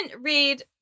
read